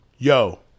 Yo